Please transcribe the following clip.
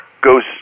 goes